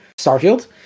Starfield